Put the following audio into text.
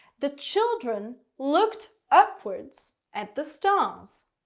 the children looked upwards at the stars